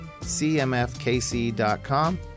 cmfkc.com